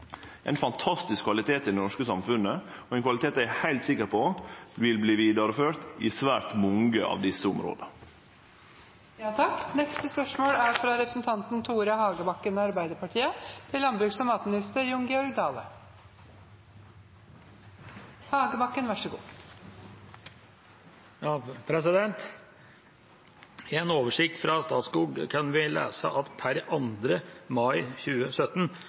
er ein fantastisk kvalitet i det norske samfunnet, ein kvalitet eg er heilt sikker på vil verte ført vidare i svært mange av desse områda. «I en oversikt fra Statskog kan vi lese at pr. 2. mai 2017